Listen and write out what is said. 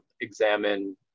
examine